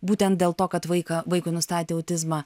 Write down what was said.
būtent dėl to kad vaiką vaikui nustatė autizmą